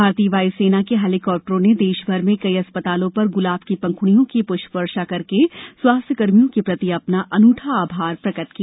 भारतीय वाय् सेना के हेलिकॉप्टरों ने देशभर में कई अस्पतालों पर ग्लाब की पंख्डियों की प्ष्प वर्षा करके स्वास्थ्यकर्मियों के प्रति अपना अनूठा आभार प्रकट किया